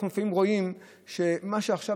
אנחנו רואים ששמים דגש על מה שיש עכשיו